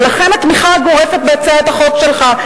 ולכן התמיכה הגורפת בהצעת החוק שלך.